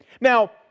Now